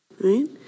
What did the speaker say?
right